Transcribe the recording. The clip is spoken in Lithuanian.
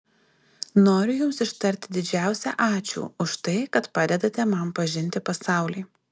noriu jums ištarti didžiausią ačiū už tai kad padedate man pažinti pasaulį